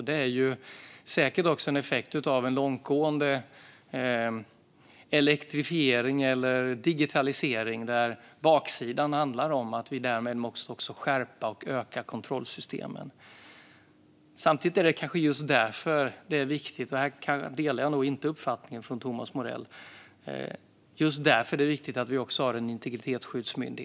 Det är säkert en effekt av en långtgående elektrifiering, digitalisering, där baksidan handlar om att kontrollsystemen måste skärpas och öka i omfattning. Just därför är det viktigt med en integritetsskyddsmyndighet. Där delar jag inte Thomas Morells uppfattning.